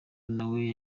nawe